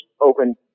open